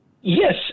Yes